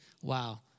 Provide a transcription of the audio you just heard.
Wow